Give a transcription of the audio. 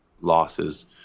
losses